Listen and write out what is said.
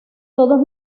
todos